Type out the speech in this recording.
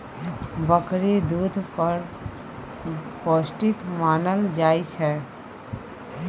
बकरीक दुध बड़ पौष्टिक मानल जाइ छै